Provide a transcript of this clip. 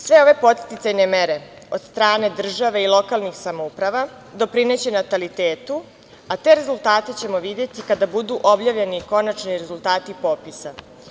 Sve ove podsticajne mere od strane države i lokalnih samouprava doprineće natalitetu, a te rezultate ćemo videti kada budu objavljeni konačni rezultati popisa.